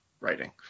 writing